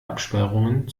absperrungen